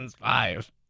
five